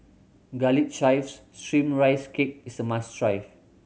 Garlic Chives Steamed Rice Cake is a must try